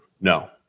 No